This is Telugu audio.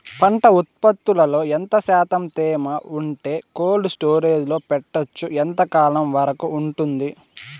పంట ఉత్పత్తులలో ఎంత శాతం తేమ ఉంటే కోల్డ్ స్టోరేజ్ లో పెట్టొచ్చు? ఎంతకాలం వరకు ఉంటుంది